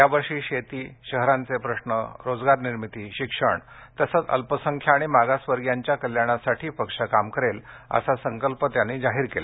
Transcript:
यावर्षी शेती शहरांचे प्रश्न रोजगार निर्मिती शिक्षण तसंच अल्पसंख्य आणि मागास वर्गियांच्या कल्याणासाठी पक्ष काम करेल असा संकल्प त्यांनी जाहीर केला